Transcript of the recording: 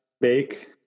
bake